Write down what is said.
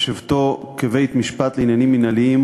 בשבתו כבית-משפט לעניינים מינהליים,